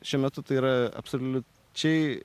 šiuo metu tai yra absoliučiai